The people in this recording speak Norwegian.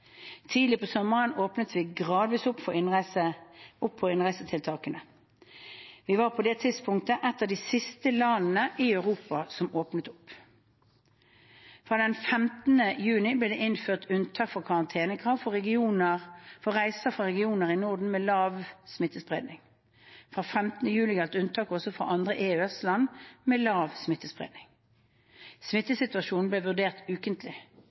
Tidlig på sommeren åpnet vi gradvis opp på innreisetiltakene. Vi var på det tidspunktet et av de siste landene i Europa som åpnet opp. Fra 15. juni ble det innført unntak fra karantenekravet for reiser fra regioner i Norden med lav smittespredning. Fra 15. juli gjaldt unntaket også for andre EØS-land med lav smittespredning. Smittesituasjonen ble vurdert ukentlig.